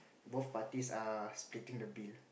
both parties are splitting the bill